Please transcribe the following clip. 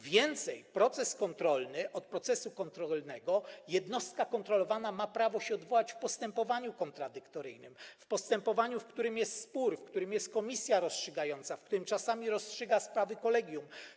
Więcej, od procesu kontrolnego jednostka kontrolowana ma prawo się odwołać w postępowaniu kontradyktoryjnym, w postępowaniu, w którym jest spór, w którym jest komisja rozstrzygająca, w którym czasami rozstrzyga sprawy kolegium.